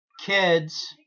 kids